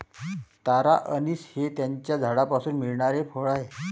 तारा anise हे त्याच्या झाडापासून मिळणारे फळ आहे